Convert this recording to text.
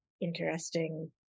interesting